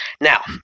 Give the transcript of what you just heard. Now